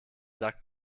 sack